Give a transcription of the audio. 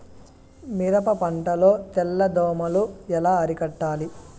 మిరప పంట లో తెల్ల దోమలు ఎలా అరికట్టాలి?